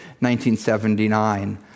1979